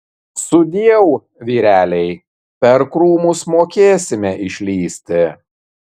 sudieu vyreliai per krūmus mokėsime išlįsti